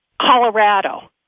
Colorado